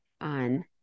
on